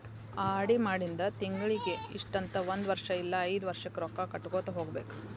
RD ಮಾಡಿಂದ ತಿಂಗಳಿಗಿ ಇಷ್ಟಂತ ಒಂದ್ ವರ್ಷ್ ಇಲ್ಲಾ ಐದ್ ವರ್ಷಕ್ಕ ರೊಕ್ಕಾ ಕಟ್ಟಗೋತ ಹೋಗ್ಬೇಕ್